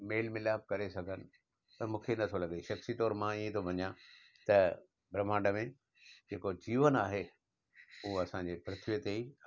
मेलु मिलापु करे सघनि त मूंखे नथो लॻे शख़्सी तौर मां ईअं ई थो मञा त ब्र्म्हाण्ड में जेको जीवन आहे उहो असांजी पृथ्वीअ ते ई आहे